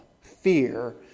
fear